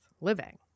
living